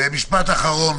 משפט אחרון,